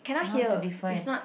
how to define